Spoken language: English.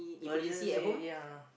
urgency ya